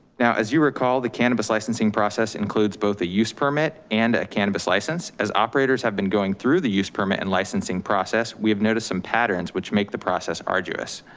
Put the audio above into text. now as you recall, the cannabis licensing process includes both a use permit and a cannabis license. as operators have been going through the use permit and licensing process, we have noticed some patterns which make the process arduous.